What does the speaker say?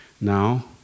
Now